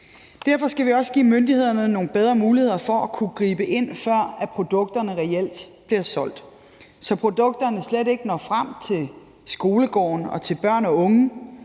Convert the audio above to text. Derfor skal vi også give myndighederne nogle bedre muligheder for at kunne gribe ind, før produkterne reelt bliver solgt, så produkterne slet ikke når frem til skolegården og til børn og unge.